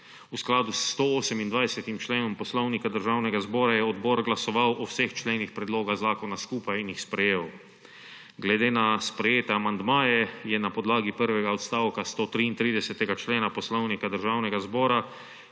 V skladu s 128. členom Poslovnika Državnega zbora je odbor glasoval o vseh členih predloga zakona skupaj in jih sprejel. Glede na sprejete amandmaje je na podlagi prvega odstavka 133. člena Poslovnika Državnega zbora